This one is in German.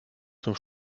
zum